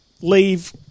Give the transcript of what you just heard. leave